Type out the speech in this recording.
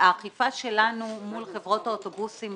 האכיפה שלנו מול חברות האוטובוסים,